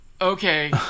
Okay